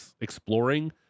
exploring